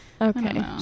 Okay